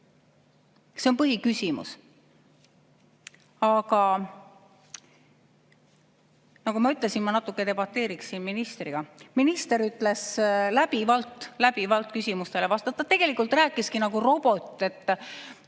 See on põhiküsimus. Aga nagu ma ütlesin, ma natukene debateeriksin ministriga. Minister ütles läbivalt küsimustele vastates – ta tegelikult rääkiski nagu robot.